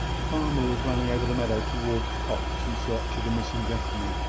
the farmer was running over the meadow towards the copse in search of the missing gentleman,